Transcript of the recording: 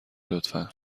لطفا